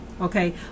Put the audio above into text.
Okay